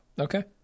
Okay